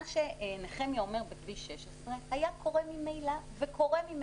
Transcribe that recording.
מה שנחמיה אומר בכביש 16 היה קורה ממילא וקורה ממילא.